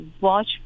watch